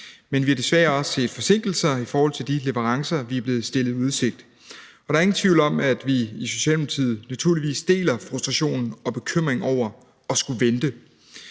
men vi har desværre også set forsinkelser i forhold til de leverancer, vi er blevet stillet i udsigt. Og der er ingen tvivl om, at vi i Socialdemokratiet naturligvis deler frustrationen og bekymringen over at skulle vente.